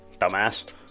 dumbass